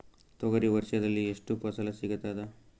ತೊಗರಿ ವರ್ಷದಲ್ಲಿ ಎಷ್ಟು ಫಸಲ ಸಿಗತದ?